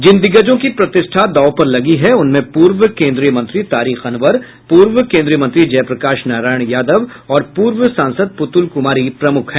जिन दिग्गजों की प्रतिष्ठा दांव पर लगी है उनमें पूर्व केंद्रीय मंत्री तारिक अनवर पूर्व केन्द्रीय मंत्री जयप्रकाश नारायण यादव और पूर्व सांसद पुतुल कुमारी प्रमुख हैं